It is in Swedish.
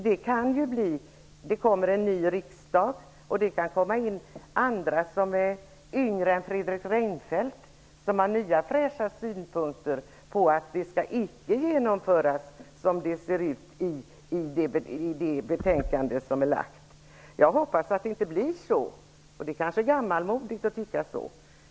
Det skall bli en ny riksdag, och det kan komma in andra som är yngre än Fredrik Reinfeldt som har nya fräscha synpunkter på att det nya systemet inte skall genomföras så som det ser ut i det liggande betänkandet. Jag hoppas att det inte blir så. Det är kanske gammalmodigt att tycka så.